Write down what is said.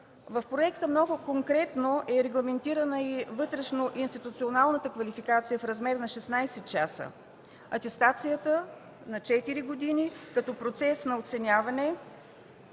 В проекта много конкретно е регламентирана и вътрешно-институционалната квалификация в размер на 16 часа, атестацията на четири години като процес на оценяване